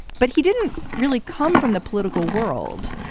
but he didn't really come from the political world.